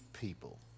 people